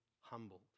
humbled